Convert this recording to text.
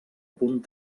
punt